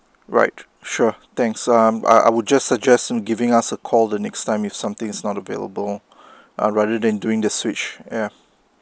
right sure thanks um I I would just suggest in giving us a call the next time if something is not available uh rather than doing the switch ya